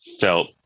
felt